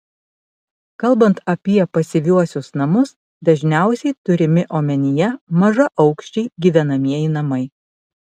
kalbant apie pasyviuosius namus dažniausiai turimi omenyje mažaaukščiai gyvenamieji namai